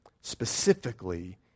Specifically